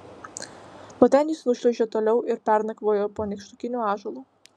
nuo ten jis nušliaužė toliau ir pernakvojo po nykštukiniu ąžuolu